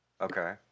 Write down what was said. okay